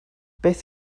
beth